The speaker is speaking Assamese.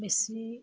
বেছি